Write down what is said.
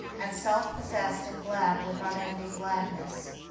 and self-possessed and glad with unending gladness,